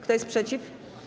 Kto jest przeciw?